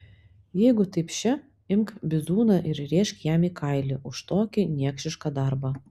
jeigu taip še imk bizūną ir rėžk jam į kailį už tokį niekšišką darbą